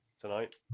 tonight